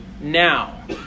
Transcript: now